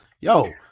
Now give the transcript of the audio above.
yo